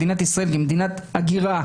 מדינת ישראל היא מדינת הגירה,